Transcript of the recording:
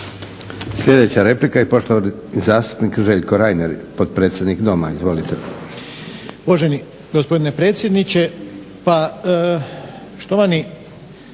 Sljedeća replika i poštovani zastupnik Željko Reiner, potpredsjednik Doma. Izvolite.